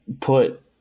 put